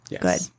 Good